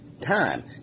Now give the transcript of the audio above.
Time